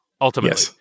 ultimately